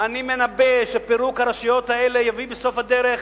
אני מנבא שפירוק הרשויות האלה יביא בסוף הדרך